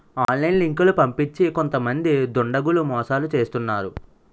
online లింకులు పంపించి కొంతమంది దుండగులు మోసాలు చేస్తున్నారు